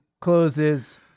closes